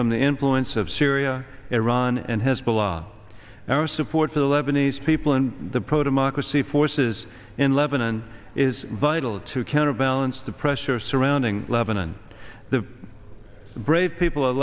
from the influence of syria iran and hezbollah our support for the lebanese people and the pro democracy forces in lebanon is vital to counterbalance the pressure surrounding lebanon the brave people